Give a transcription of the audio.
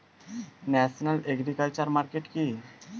National agriculture market কি?